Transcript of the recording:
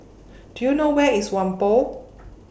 Do YOU know Where IS Whampoa